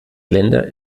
länder